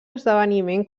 esdeveniment